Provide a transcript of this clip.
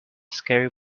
scary